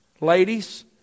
Ladies